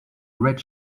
red